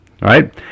right